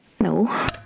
No